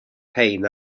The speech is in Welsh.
rhain